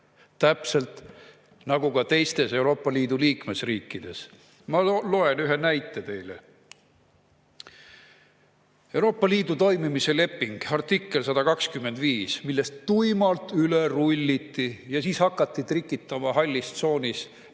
Täpselt nagu ka teistes Euroopa Liidu liikmesriikides. Ma loen teile ühe näite. Euroopa Liidu toimimise lepingu artikkel 125, millest tuimalt üle rulliti ja siis hakati trikitama hallis tsoonis